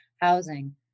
housing